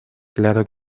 claro